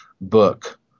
book